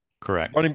Correct